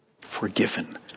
Forgiven